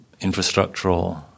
infrastructural